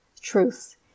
truths